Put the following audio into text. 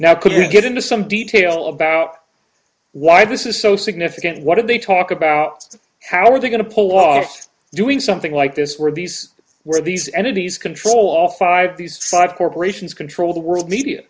now could you get into some detail about why this is so significant what did they talk about how are they going to pull off doing something like this were these were these entities control all five of these five corporations control the world media